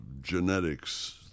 genetics